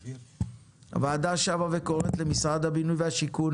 הוועדה שבה וקוראת למשרד הבינוי והשיכון